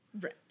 Right